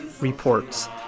reports